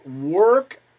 work